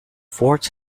fourth